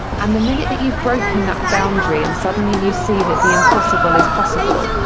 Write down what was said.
and the minute that you've broken that boundary and suddenly you see that the impossible is possible,